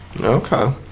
Okay